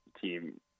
team